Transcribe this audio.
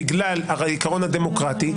בגלל העקרון הדמוקרטי,